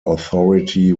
authority